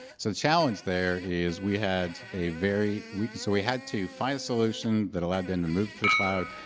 so the challenge there is we had a very weak so we had to find a solution that allowed then to move to the cloud.